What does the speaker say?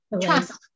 trust